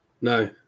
no